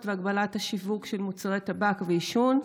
והגבלת השיווק של מוצרי טבק ועישון,